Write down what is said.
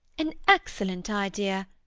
an excellent idea!